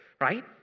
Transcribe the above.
right